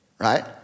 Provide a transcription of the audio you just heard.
Right